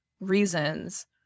reasons